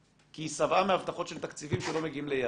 כי היא שבעה מהבטחות של תקציבים שלא מגיעים ליעדם,